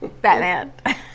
Batman